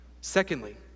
Secondly